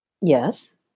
Yes